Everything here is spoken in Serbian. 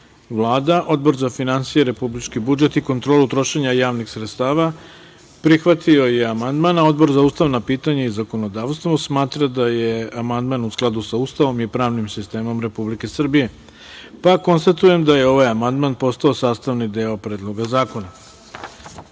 Vlada. Odbor za finansije, republički budžet i kontrolu trošenja javnih sredstava, prihvatio je amandman, a Odbor za ustavna pitanja i zakonodavstvo smatra da je amandman u skladu sa Ustavom i pravnim sistemom Republike Srbije. Konstatujem da je ovaj amandman postao sastavni deo Predloga zakona. Po